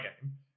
game